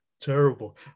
terrible